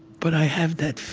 but i have that